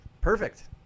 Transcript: perfect